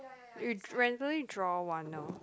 you ran~ randomly draw one now